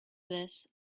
this